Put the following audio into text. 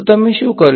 તો તમે શું કર્યું